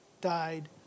died